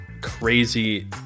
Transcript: crazy